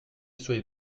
soyez